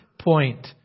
point